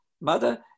Mother